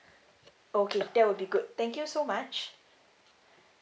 okay that will be good thank you so much